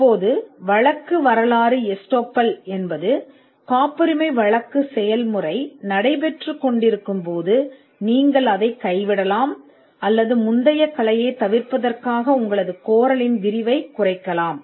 இப்போது வழக்கு வரலாறு எஸ்டோப்பல் வழக்கு விசாரணையின் போது நீங்கள் கைவிடலாம் அல்லது முந்தைய கலையைத் தவிர்ப்பதற்காக நீங்கள் ஒரு கோரிக்கையை குறைக்கலாம்